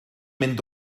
mynd